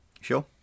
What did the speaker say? Sure